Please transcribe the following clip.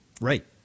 Right